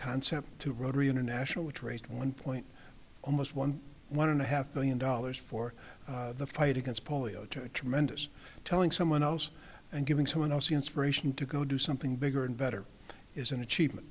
concept to rotary international which raised one point almost one one and a half million dollars for the fight against polio to a tremendous telling someone else and giving someone else the inspiration to go do something bigger and better is an achievement